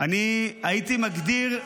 --- שר המינהלות.